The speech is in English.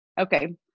okay